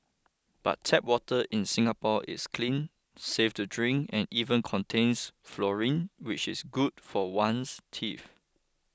but tap water in Singapore is clean safe to drink and even contains fluoride which is good for one's teeth